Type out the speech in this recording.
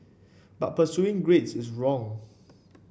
but pursuing grades is wrong